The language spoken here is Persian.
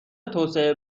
توسعه